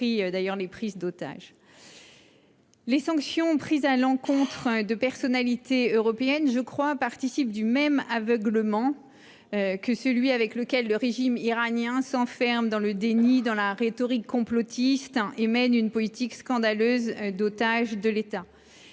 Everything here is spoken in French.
Les sanctions prises à l'encontre de personnalités européennes participent du même aveuglement que celui dont fait preuve le régime iranien lorsqu'il s'enferme dans le déni ou la rhétorique complotiste et mène une politique scandaleuse d'otages d'État.